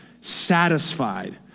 satisfied